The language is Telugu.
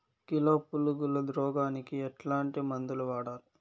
కిలో పులుగుల రోగానికి ఎట్లాంటి మందులు వాడాలి?